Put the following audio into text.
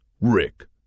Rick